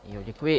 Děkuji.